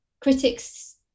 critics